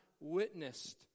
witnessed